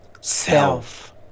self